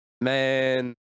man